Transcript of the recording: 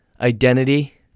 identity